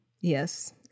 Yes